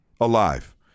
Alive